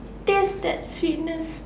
taste the sweetness